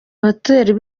hotel